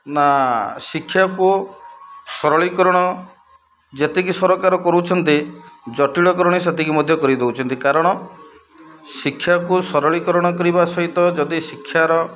ନା ଶିକ୍ଷାକୁ ସରଳୀକରଣ ଯେତିକି ସରକାର କରୁଛନ୍ତି ଜଟିଳକରଣ ସେତିକି ମଧ୍ୟ କରିଦଉଚନ୍ତି କାରଣ ଶିକ୍ଷାକୁ ସରଳୀକରଣ କରିବା ସହିତ ଯଦି ଶିକ୍ଷାର